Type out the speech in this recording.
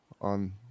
on